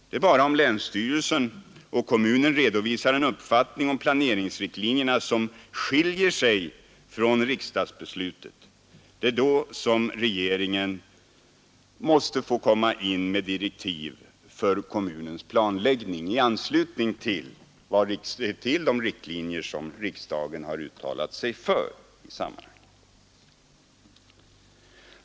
Det är bara om länsstyrelse och kommun redovisar en uppfattning om planeringsriktlinjerna, som skiljer sig från riksdagsbeslutet, som regeringen måste gå in med direktiv för kommunens planläggning i anslutning till de riktlinjer som riksdagen har uttalat sig för i sammanhanget.